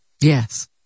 Yes